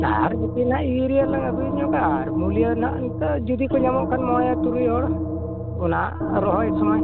ᱟᱨ ᱠᱟᱹᱴᱤᱡ ᱤᱭᱩᱨᱤᱭᱟᱹ ᱞᱟᱝ ᱟᱹᱜᱩ ᱧᱚᱜᱟ ᱟᱨ ᱢᱩᱞᱭᱟᱹ ᱱᱟᱦᱟᱜ ᱤᱱᱠᱟᱹ ᱡᱩᱫᱤ ᱠᱚ ᱧᱟᱢᱚᱜ ᱠᱷᱟᱱ ᱢᱚᱬᱮ ᱛᱩᱨᱩᱭ ᱦᱚᱲ ᱚᱱᱟ ᱨᱚᱦᱚᱭ ᱥᱚᱢᱚᱭ